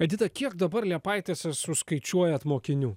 edita kiek dabar liepaitėse suskaičiuojat mokinių